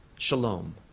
Shalom